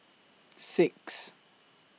six